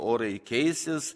orai keisis